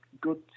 good